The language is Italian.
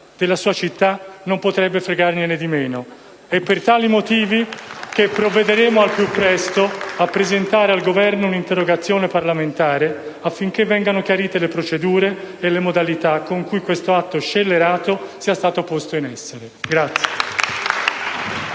della sua città non potrebbe fregargliene di meno. *(Applausi dal Gruppo* *M5S).* È per tali motivi che provvederemo al più presto a presentare al Governo un'interrogazione parlamentare, affinché vengano chiarite le procedure e le modalità con cui questo atto scellerato è stato posto in essere.